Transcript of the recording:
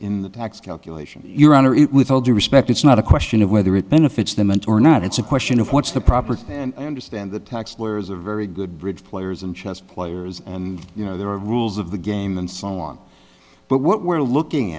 in the tax calculation your honor it with all due respect it's not a question of whether it benefits them and or not it's a question of what's the proper and understand the tax where is a very good bridge players in chess players you know there are rules of the game and so on but what we're looking